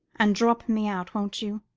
and drop me out won't you?